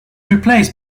replaced